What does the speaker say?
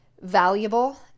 valuable